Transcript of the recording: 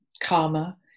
karma